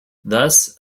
thus